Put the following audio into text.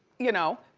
you know,